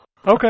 Okay